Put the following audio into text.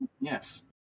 Yes